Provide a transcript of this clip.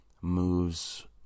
moves